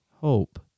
Hope